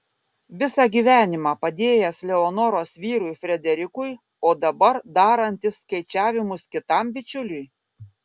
visą gyvenimą padėjęs leonoros vyrui frederikui o dabar darantis skaičiavimus kitam bičiuliui